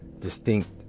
distinct